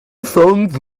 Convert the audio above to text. songs